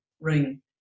ring